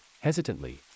hesitantly